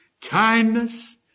kindness